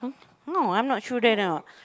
no I'm not sure there now